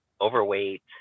overweight